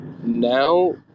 now